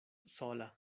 sola